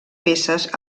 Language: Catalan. peces